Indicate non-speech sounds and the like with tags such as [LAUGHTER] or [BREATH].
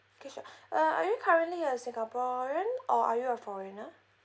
okay sure [BREATH] uh are you currently a singaporean or are you a foreigner